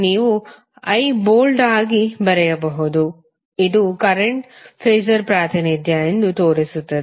ನೀವು I bold ಆಗಿ ಆಗಿ ಬರೆಯಬಹುದು ಇದು ಕರೆಂಟ್ ಫಾಸರ್ ಪ್ರಾತಿನಿಧ್ಯ ಎಂದು ತೋರಿಸುತ್ತದೆ